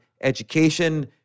education